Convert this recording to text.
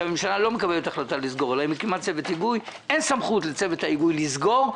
אין סמכות לצוות ההיגוי לסגור,